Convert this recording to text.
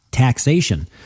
taxation